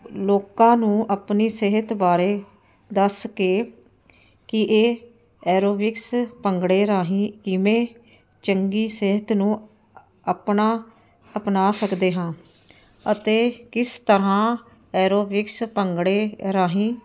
ਲੋਕਾਂ ਨੂੰ ਆਪਣੀ ਸਿਹਤ ਬਾਰੇ ਦੱਸ ਕੇ ਕਿ ਇਹ ਐਰੋਬਿਕਸ ਭੰਗੜੇ ਰਾਹੀਂ ਕਿਵੇਂ ਚੰਗੀ ਸਿਹਤ ਨੂੰ ਆਪਣਾ ਅਪਣਾ ਸਕਦੇ ਹਾਂ ਅਤੇ ਕਿਸ ਤਰ੍ਹਾਂ ਐਰੋਬਿਕਸ ਭੰਗੜੇ ਰਾਹੀਂ